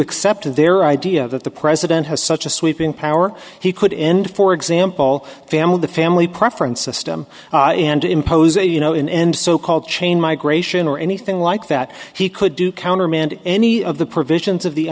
accept their idea that the president has such a sweeping power he could end for example family the family preference system and impose a you know an end so called chain migration or anything like that he could do countermand any of the provisions of the